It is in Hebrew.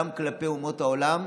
גם כלפי אומות העולם,